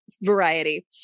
variety